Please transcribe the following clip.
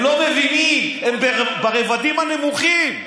הם לא מבינים, הם ברבדים הנמוכים.